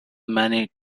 many